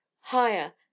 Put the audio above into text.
higher